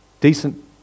decent